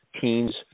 teens